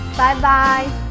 bye-bye!